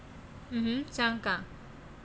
mmhmm 香港